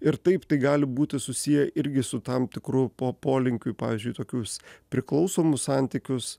ir taip tai gali būti susiję irgi su tam tikru po polinkių į pavyzdžiui tokius priklausomus santykius